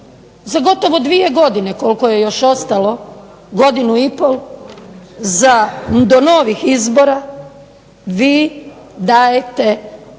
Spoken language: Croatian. za gotovo dvije godine koliko je još ostalo, godinu i pol do novih izbora vi dajete